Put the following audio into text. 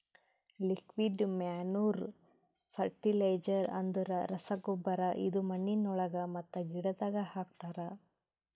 liquid manure fertiliser ಅಂದುರ್ ರಸಗೊಬ್ಬರ ಇದು ಮಣ್ಣಿನೊಳಗ ಮತ್ತ ಗಿಡದಾಗ್ ಹಾಕ್ತರ್